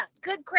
good